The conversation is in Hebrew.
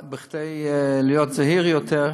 אבל כדי להיות זהיר יותר,